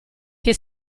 che